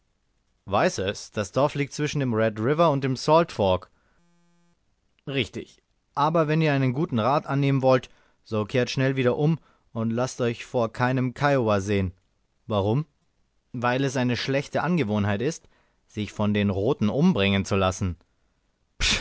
weiß es das dorf liegt zwischen dem red river und dem salt fork richtig aber wenn ihr einen guten rat annehmen wollt so kehrt schnell wieder um und laßt euch vor keinem kiowa sehen warum weil es eine schlechte angewohnheit ist sich von den roten umbringen zu lassen